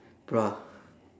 bruh